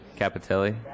Capitelli